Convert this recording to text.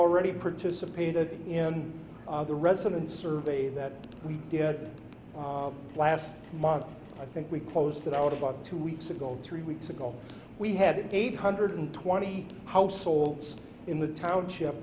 already participated in the residence survey that we did last month i think we closed it out about two weeks ago three weeks ago we had eight hundred twenty households in the township